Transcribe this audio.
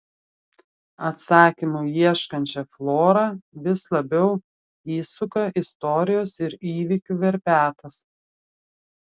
atsakymų ieškančią florą vis labiau įsuka istorijos ir įvykių verpetas